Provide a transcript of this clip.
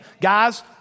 Guys